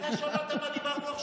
אתה שמעת על מה דיברנו עכשיו?